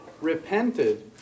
repented